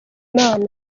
imana